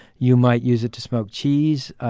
you might use it to smoke cheese.